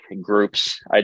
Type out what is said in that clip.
groups